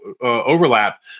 overlap